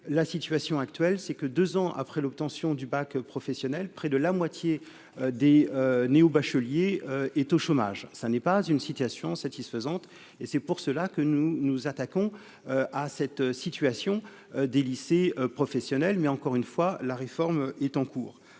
la situation actuelle, c'est que, 2 ans après l'obtention du bac professionnel, près de la moitié des néo-bacheliers est au chômage, ça n'est pas une situation satisfaisante et c'est pour cela que nous nous attaquons à cette situation, des lycées professionnels, mais encore une fois la réforme est en cours